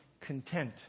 content